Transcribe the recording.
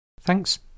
Thanks